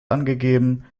angegeben